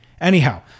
Anyhow